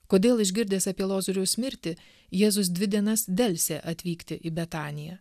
kodėl išgirdęs apie lozoriaus mirtį jėzus dvi dienas delsė atvykti į betaniją